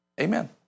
Amen